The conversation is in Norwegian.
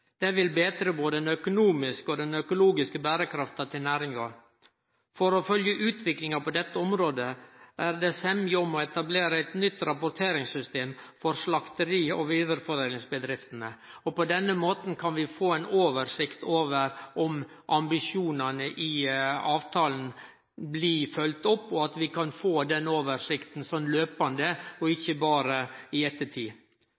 Det vil betre både den økonomiske og den økologiske berekrafta til næringa. For å følgje utviklinga på dette området er det semje om å etablere eit nytt rapporteringssystem for slakteri- og vidareforedlingsbedriftene. På denne måten kan vi få ei oversikt over om ambisjonane i avtalen blir følgde opp slik at vi kan få den oversikta etter kvart og ikke berre i ettertid.